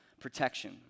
protection